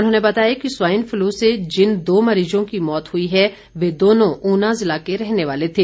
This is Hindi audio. उन्होंने बताया कि स्वाइल फ़्लू से जिन दो मरीजों की मौत हुई है वे दोनों ऊना जिला के रहने वाले थे